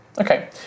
Okay